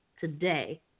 today